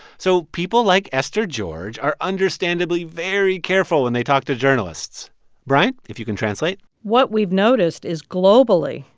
so people like esther george are understandably very careful when they talk to journalists bryant, if you can translate what we've noticed is, globally,